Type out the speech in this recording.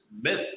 myth